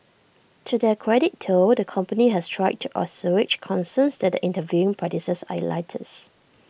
to their credit though the company has tried to assuage concerns that their interviewing practices are elitist